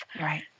Right